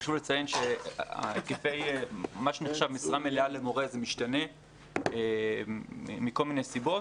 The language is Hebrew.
חשוב לציין שמה שנחשב משרה מלאה למורה זה משתנה מכל מיני סיבות,